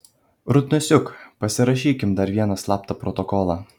rudnosiuk pasirašykim dar vieną slaptą protokolą